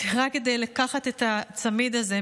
רק כדי לקחת את הצמיד הזה.